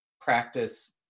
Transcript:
practice